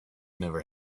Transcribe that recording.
never